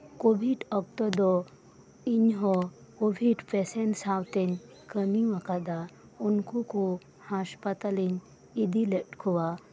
covid ᱚᱠᱛᱚ ᱫᱚ ᱤᱧᱦᱚᱸ ᱠᱳᱵᱷᱤᱰ ᱯᱮᱥᱮᱱᱴ ᱥᱟᱶᱛᱮ ᱠᱟᱹᱢᱤ ᱟᱠᱟᱫᱟ ᱩᱱᱠᱩ ᱠᱚ ᱦᱟᱥᱯᱟᱛᱟᱞ ᱤᱧ ᱤᱫᱤ ᱞᱮᱫ ᱠᱚᱣᱟ